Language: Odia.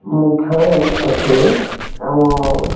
ମୁଖ୍ୟ ଯେନ୍ ଅଛେ ଆମର୍